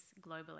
globally